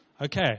Okay